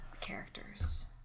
characters